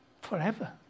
Forever